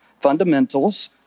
Fundamentals